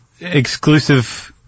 exclusive